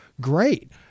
great